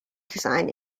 design